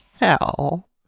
hell